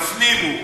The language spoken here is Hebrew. סליחה, בטוח מאוד.